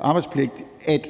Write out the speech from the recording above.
arbejdspligt – at